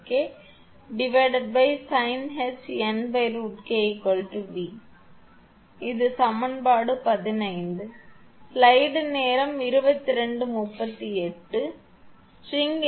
எனவே ஸ்ட்ரிங் ஏபிசியன்சி இருக்கும் 𝑉 𝑉 − 𝑉 sinh𝑛 − 1√𝐾 sinh𝑛√𝐾 sinh𝑛√𝐾 sinh𝑛√𝐾 − sinh𝑛 − 1√𝐾 இது சமன்பாடு 16